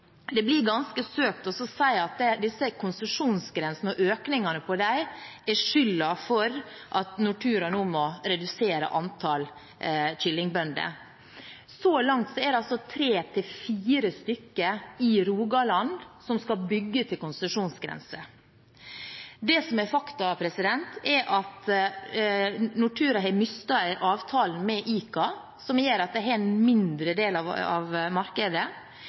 Det blir ganske søkt å si at konsesjonsgrensene og økningen av dem har skylda for at Nortura nå må redusere antall kyllingbønder. Så langt er det tre–fire stykker i Rogaland som skal bygge til konsesjonsgrense. Det som er faktum, er at Nortura har mistet avtalen med ICA, som gjør at de har en mindre del av markedet. Det som er faktum, er at det har vært et stort dropp i markedet